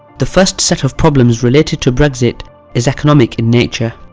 the first set of problems related to brexit is economic in nature.